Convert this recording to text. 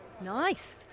Nice